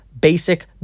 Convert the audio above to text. basic